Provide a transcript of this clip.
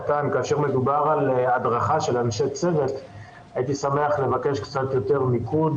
כאשר מדובר על הדרכה של אנשי צוות הייתי שמח לבקש קצת יותר מיקוד,